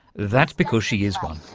that's because she is one.